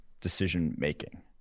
decision-making